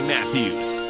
Matthews